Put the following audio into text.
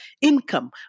income